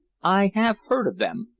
i have heard of them,